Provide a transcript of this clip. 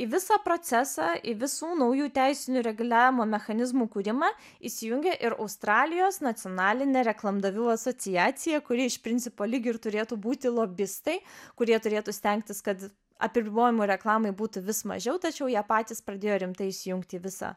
į visą procesą į visų naujų teisinių reguliavimo mechanizmų kūrimą įsijungė ir australijos nacionalinė reklamdavių asociacija kurie iš principo lyg ir turėtų būti lobistai kurie turėtų stengtis kad apribojimų reklamai būtų vis mažiau tačiau jie patys pradėjo rimtai įsijungti į visą